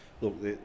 Look